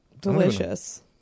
Delicious